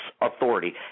authority